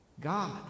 God